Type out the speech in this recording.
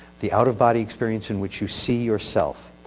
the out-of-body experience in which you see yourself.